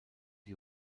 die